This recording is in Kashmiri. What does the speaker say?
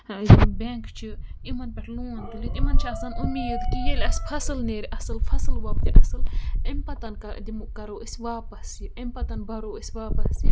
بیٚنٛک چھِ یِمن پٮ۪ٹھ لون تُلِتھ یِمن چھُ آسان اُمید کہِ ییٚلہِ اَسہِ فَصٕل نیرِ اَصٕل فَصٕل وۄپدِ اَصٕل اَمہِ پَتن دِمو کَرو أسۍ واپَس یہِ اَمہِ پَتَن بَرو أسۍ واپَس یہِ